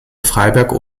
freiberg